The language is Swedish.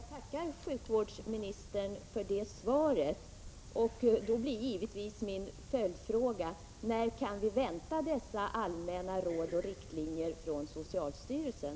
Fru talman! Jag tackar sjukvårdsministern för detta svar. Min följdfråga blir: När kan vi vänta dessa allmänna råd och riktlinjer från socialstyrelsen?